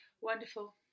Wonderful